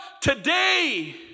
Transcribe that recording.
Today